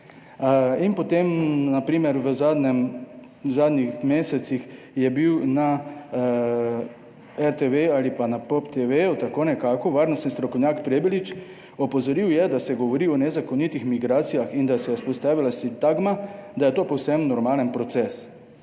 in potem na primer v zadnjem zadnjih mesecih je bil na RTV ali pa na POP TV tako nekako varnostni strokovnjak Prebilič. Opozoril je, da se govori o nezakonitih migracijah in da se je vzpostavila sintagma, da je to povsem normalen proces